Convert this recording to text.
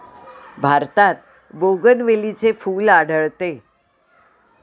भारतात बोगनवेलीचे फूल आढळते